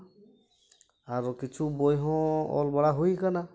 ᱟᱨᱚ ᱠᱤᱪᱷᱩ ᱵᱳᱭ ᱦᱚᱸ ᱚᱞ ᱵᱟᱲᱟ ᱦᱩᱭ ᱠᱟᱱᱟ